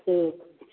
ठीक